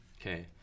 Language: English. Okay